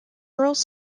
girls